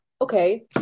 okay